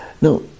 now